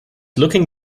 looking